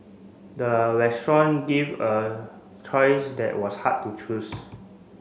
the restaurant give a choice that was hard to choose